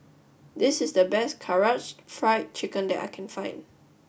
this is the best Karaage Fried Chicken that I can find